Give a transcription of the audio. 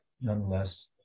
nonetheless